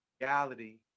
reality